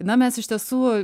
na mes iš tiesų